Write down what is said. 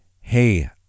Hey